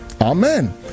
Amen